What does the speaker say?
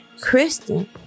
Kristen